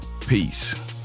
peace